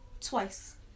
twice